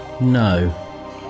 No